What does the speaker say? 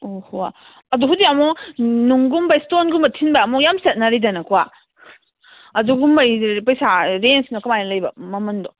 ꯑꯣ ꯍꯣ ꯑꯗꯨꯕꯨꯗꯤ ꯑꯃꯨꯛ ꯅꯨꯡꯒꯨꯝꯕ ꯏꯁꯇꯣꯟꯒꯨꯝꯕ ꯊꯤꯟꯕ ꯑꯃꯨꯛ ꯌꯥꯝ ꯆꯠꯅꯔꯤꯗꯅꯀꯣ ꯑꯗꯨꯒꯨꯝꯕꯒꯤꯗꯨꯗꯤ ꯄꯩꯁꯥ ꯔꯦꯟꯖꯅ ꯀꯃꯥꯏꯅ ꯂꯩꯕ ꯃꯃꯟꯗꯣ